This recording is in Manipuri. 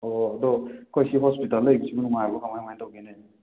ꯑꯣ ꯑꯗꯣ ꯑꯈꯣꯏꯁꯤ ꯍꯣꯁꯄꯤꯇꯥꯜꯗ ꯂꯩꯕꯁꯦ ꯅꯨꯡꯉꯥꯏꯕ꯭ꯔꯥ ꯀꯃꯥꯏ ꯀꯃꯥꯏꯅ ꯇꯧꯒꯦꯅꯦ